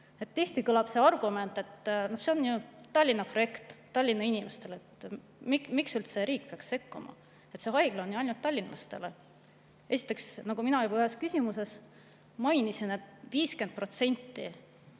Tihti kõlab argument, et see on ju Tallinna projekt Tallinna inimestele, miks üldse riik peaks sekkuma, see haigla on ju ainult tallinlastele. Esiteks, nagu ma ühes küsimuses mainisin, tuleb